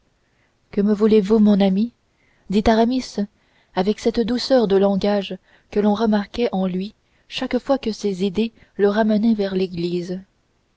que me voulez-vous mon ami dit aramis avec cette douceur de langage que l'on remarquait en lui chaque fois que ses idées le ramenaient vers l'église